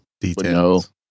Details